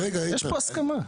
יש פה הסכמה.